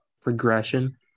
progression